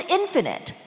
infinite